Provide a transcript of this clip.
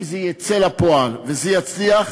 אם זה יצא לפועל וזה יצליח,